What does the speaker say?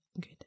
good